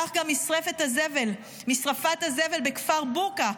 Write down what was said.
כך גם משרפת הזבל בכפר בורקא,